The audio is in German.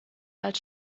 als